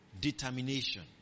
determination